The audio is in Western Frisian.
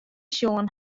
sjoen